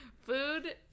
Food